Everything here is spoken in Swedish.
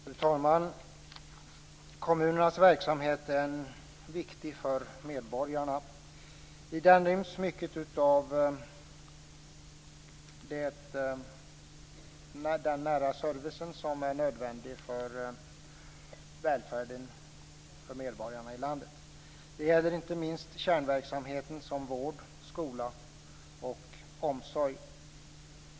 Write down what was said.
Fru talman! Kommunernas verksamhet är viktig för medborgarna. I den ryms mycket av den nära service som är nödvändig för välfärden för medborgarna i landet. Det gäller inte minst kärnverksamheten som vård, skola och omsorg.